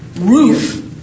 roof